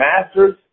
masters